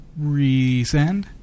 Resend